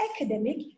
academic